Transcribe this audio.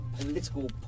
political